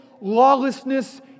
lawlessness